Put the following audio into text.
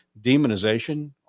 demonization